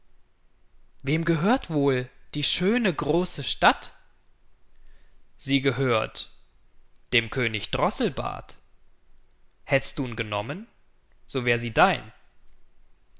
wem gehört wohl die schöne große stadt sie gehört dem könig droßelbart hättst du'n genommen so wär sie dein